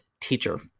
teacher